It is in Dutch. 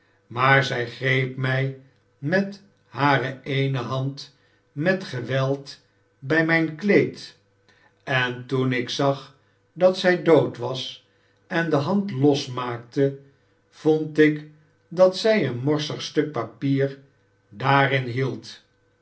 maar zij greep mij met hare eene hand met geweld bij mijn kleed en toen ik zag dat zij dood was en de hand losmaakte vond ik dat zij een morsig stuk papier daarin hield